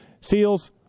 Seals